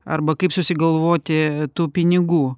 arba kaip susigalvoti tų pinigų